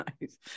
Nice